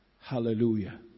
Hallelujah